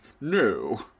no